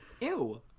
Ew